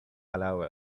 allow